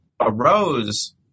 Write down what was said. arose